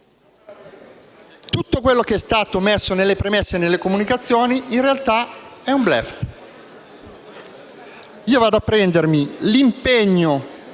Tutto quello che è stato inserito nelle premesse e nelle comunicazioni in realtà è un *bluff*.